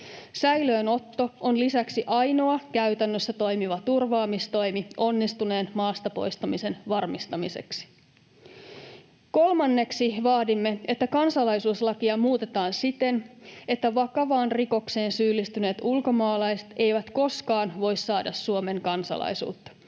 Säilöönotto on lisäksi ainoa käytännössä toimiva turvaamistoimi onnistuneen maasta poistamisen varmistamiseksi. Kolmanneksi vaadimme, että kansalaisuuslakia muutetaan siten, että vakavaan rikokseen syyllistyneet ulkomaalaiset eivät koskaan voi saada Suomen kansalaisuutta.